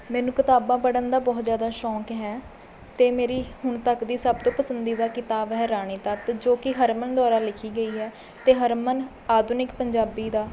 ਮੈਨੂੰ ਕਿਤਾਬਾਂ ਪੜ੍ਹਨ ਦਾ ਬਹੁਤ ਜਿਆਦਾ ਸ਼ੌਕ ਹੈ ਅਤੇ ਮੇਰੀ ਹੁਣ ਤੱਕ ਦੀ ਸਭ ਤੋਂ ਪਸੰਦੀਦਾ ਕਿਤਾਬ ਹੈ ਰਾਣੀ ਤੱਤ ਜੋ ਕਿ ਹਰਮਨ ਦੁਆਰਾ ਲਿਖੀ ਗਈ ਹੈ ਅਤੇ ਹਰਮਨ ਆਧੁਨਿਕ ਪੰਜਾਬੀ ਦਾ